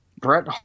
Brett